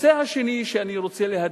הנושא השני שאני רוצה להדגיש,